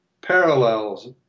parallels